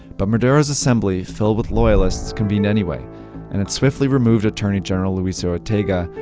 but maduro's assembly, filled with loyalists, convened anyway and it swiftly removed attorney general luisa ortega,